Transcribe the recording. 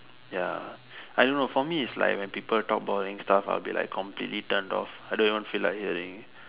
ya I don't know for me it's like when people talk boring stuff I will be like completely turned off I don't even feel like hearing